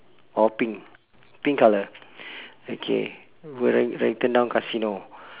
or pink pink colour okay right right turn now casino